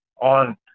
on